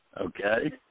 Okay